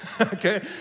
Okay